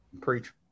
preach